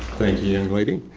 thank you young lady.